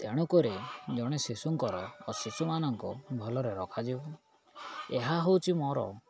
ତେଣୁକରି ଜଣେ ଶିଶୁଙ୍କର ଓ ଶିଶୁମାନଙ୍କୁ ଭଲରେ ରଖାଯିବ ଏହା ହେଉଛି ମୋର